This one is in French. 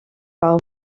par